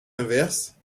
inverse